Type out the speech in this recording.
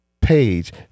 page